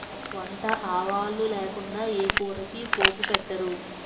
వంట ఆవాలు లేకుండా ఏ కూరకి పోపు పెట్టరు